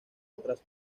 otras